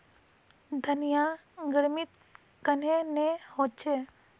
धनिया गर्मित कन्हे ने होचे?